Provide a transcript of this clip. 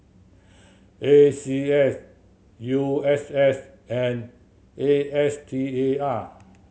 A C S U S S and A S T A R